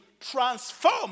transform